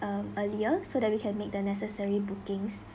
um earlier so that we can make the necessary bookings